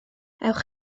ewch